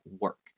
work